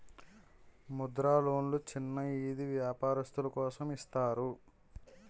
ముద్ర లోన్లు చిన్న ఈది వ్యాపారస్తులు కోసం ఇస్తారు